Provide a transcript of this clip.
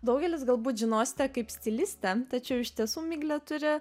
daugelis galbūt žinosite kaip stilistę tačiau iš tiesų miglė turi